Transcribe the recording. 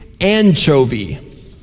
anchovy